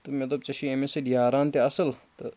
تہٕ مےٚ دوٚپ ژےٚ چھُے أمِس سۭتۍ یاران تہِ اَصٕل تہٕ